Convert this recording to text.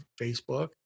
Facebook